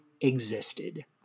existed